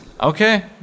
Okay